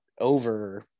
over